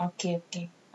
mm okay okay understand